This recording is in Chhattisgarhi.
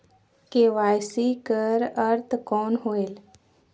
के.वाई.सी कर अर्थ कौन होएल?